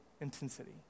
intensity